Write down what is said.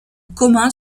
commun